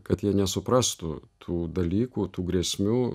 kad jie nesuprastų tų dalykų tų grėsmių